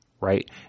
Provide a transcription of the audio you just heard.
right